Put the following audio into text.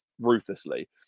ruthlessly